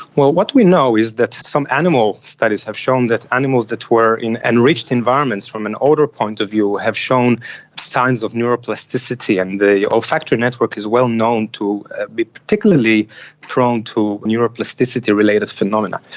well, what we know is that some animal studies have shown that animals that were in enriched environments from an odour point of view have shown signs of neuroplasticity, and the olfactory network is well known to be particularly prone to neuroplasticity related phenomena.